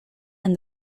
and